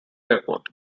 airport